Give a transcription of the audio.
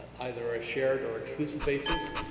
either a shared or exclusive basis.